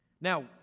Now